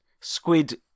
squid